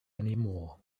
anymore